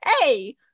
Hey